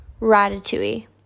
Ratatouille